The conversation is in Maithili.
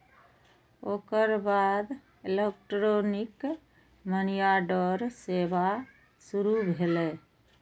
ओकर बाद इलेक्ट्रॉनिक मनीऑर्डर सेवा शुरू भेलै